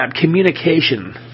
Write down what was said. communication